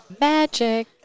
Magic